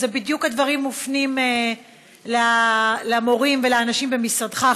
בדיוק הדברים מופנים למורים ולאנשים במשרדך,